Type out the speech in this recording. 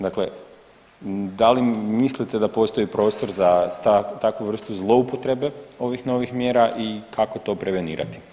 Dakle, da li mislite da postoji prostor za takvu vrstu zloupotrebe ovih novih mjera i kako to prevenirati?